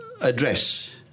address